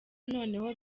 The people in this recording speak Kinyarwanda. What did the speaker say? noneho